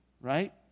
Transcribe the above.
right